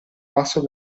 passo